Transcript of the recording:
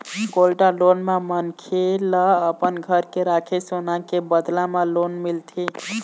gold loan म मनखे ल अपन घर के राखे सोना के बदला म लोन मिलथे